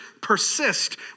persist